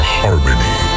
harmony